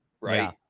right